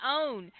own